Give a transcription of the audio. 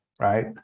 right